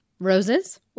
Roses